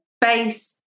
base